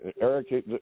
Eric